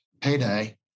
payday